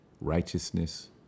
righteousness